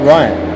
Right